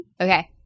Okay